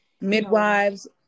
Midwives